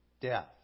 death